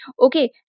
okay